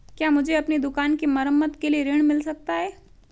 क्या मुझे अपनी दुकान की मरम्मत के लिए ऋण मिल सकता है?